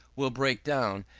will break down,